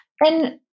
And-